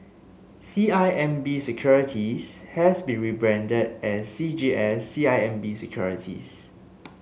C I M B Securities has been rebranded as C G S C I M B Securities